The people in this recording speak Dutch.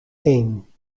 één